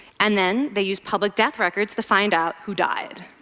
and then they used public death records to find out who died.